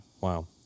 Wow